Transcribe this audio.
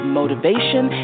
motivation